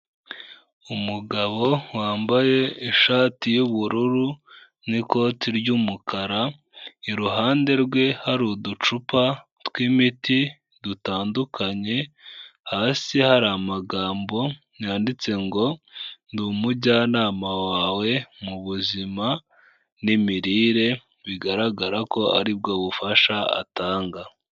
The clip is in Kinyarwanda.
Umugabo wambaye ishati y'ubururu n'ikoti ry'umukara, iruhande rwe hari uducupa tw'imiti dutandukanye, hasi hari amagambo yanditse ngo "ndi umujyanama wawe mu buzima n'imirire" bigaragara ko aribwo bufasha atanga.